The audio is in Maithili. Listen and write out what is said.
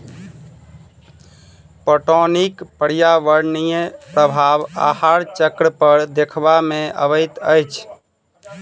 पटौनीक पर्यावरणीय प्रभाव आहार चक्र पर देखबा मे अबैत अछि